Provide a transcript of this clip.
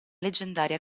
leggendaria